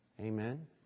Amen